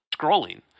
scrolling